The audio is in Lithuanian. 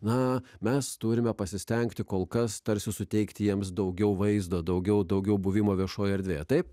na mes turime pasistengti kol kas tarsi suteikti jiems daugiau vaizdo daugiau daugiau buvimo viešoje erdvėje taip